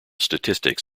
statistics